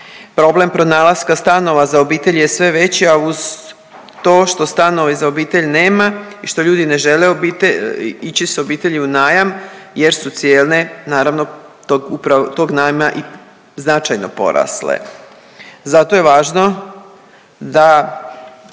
Problem pronalaska stanova za obitelj je sve veća uz to što stanovi za obitelj nema i što ljudi ne žele .../nerazumljivo/... ići s obitelji u najam jer su cijelne, naravno, tog .../nerazumljivo/... tog najma i značajno porasle. Zato je važno da